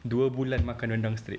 dua bulan makan rendang straight